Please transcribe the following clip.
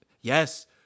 yes